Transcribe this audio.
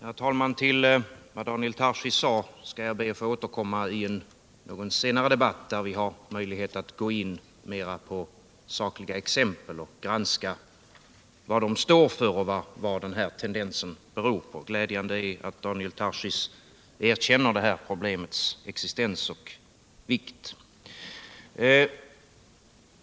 Herr talman! Till vad Daniel Tarschys sade skall jag be att få återkomma i någon senare debatt, där vi har möjlighet att gå in mera på sakliga exempel och granska vad de står för och vad den här tendensen beror på. Glädjande är att Daniel Tarschys erkänner problemets existens och vikt.